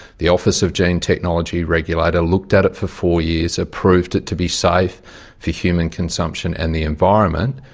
the office of gene technology regulator looked at it for four years, approved it to be safe for human consumption and the environment,